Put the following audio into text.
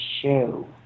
shoe